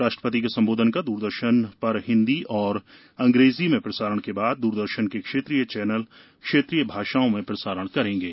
राष्ट्रपति के संबोधन का दूरदर्शन पर हिन्दी और अंग्रेजी में प्रसारण के बाद दूरदर्शन के क्षेत्रीय चैनल क्षेत्रीय भाषाओं में प्रसारण करेंगे